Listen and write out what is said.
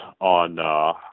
on